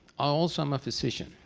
also am a physician,